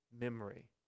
memory